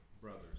brothers